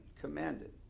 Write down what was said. commanded